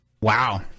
Wow